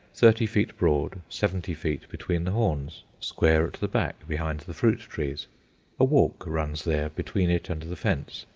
thirty feet broad, seventy feet between the horns, square at the back behind the fruit-trees a walk runs there, between it and the fence,